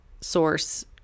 source